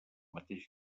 mateix